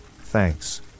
Thanks